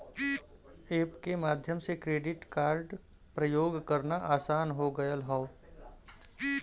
app के माध्यम से क्रेडिट कार्ड प्रयोग करना आसान हो गयल हौ